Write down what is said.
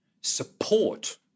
support